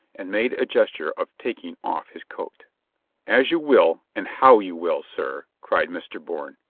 and made a gesture of taking off his coat as you will and how you will, sir, cried mr. bourne.